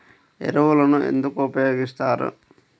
ఎరువులను ఎందుకు ఉపయోగిస్తారు?